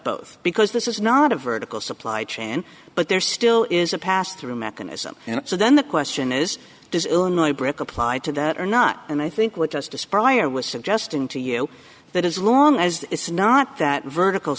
both because this is not a vertical supply chain but there still is a pass through mechanism and so then the question is does illinois brick applied to that or not and i think what does to spierer was suggesting to you that as long as it's not that vertical